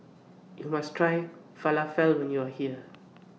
YOU must Try Falafel when YOU Are here